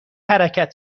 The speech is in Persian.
حرکت